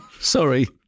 Sorry